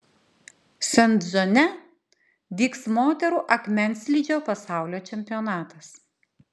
sent džone vyks moterų akmenslydžio pasaulio čempionatas